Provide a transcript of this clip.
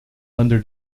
under